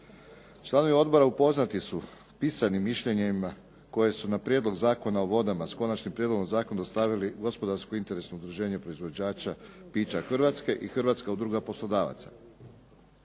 Članovi odbora upoznati su pisanim mišljenjima koje su na Prijedlog Zakona o vodama s Konačnim prijedlogom zakona dostavili Gospodarsko-interesno udruženje proizvođača pića Hrvatske i Hrvatska udruga poslodavaca.